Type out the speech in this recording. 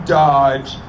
dodge